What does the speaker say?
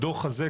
הדוח הזה,